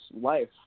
life